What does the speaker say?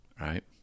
right